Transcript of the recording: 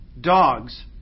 dogs